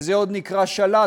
וזה עוד נקרא של"ת.